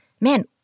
man